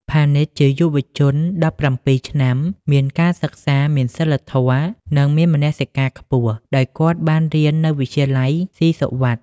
ផានីតជាយុវជនវ័យ ១៧ ឆ្នាំ មានការសិក្សា មានសីលធម៌ និងមានមនសិការខ្ពស់ ដោយគាត់បានរៀននៅវិទ្យាល័យស៊ីសុវត្ថិ។